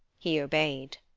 he obeyed.